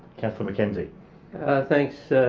councillor mckenzie thanks,